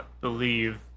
believe